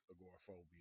agoraphobia